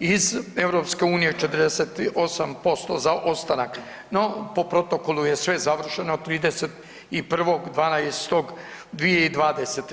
iz EU, 48% za ostanak, no po protokolu je sve završeno 31.12.2020.